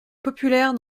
populaire